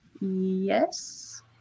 yes